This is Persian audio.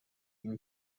این